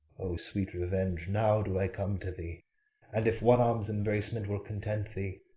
o sweet revenge, now do i come to thee and, if one arm's embracement will content thee,